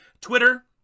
Twitter